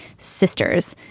sisters,